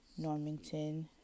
Normington